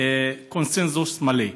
קונסנזוס מלא.